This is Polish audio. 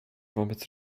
wobec